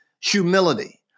humility